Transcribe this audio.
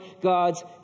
God's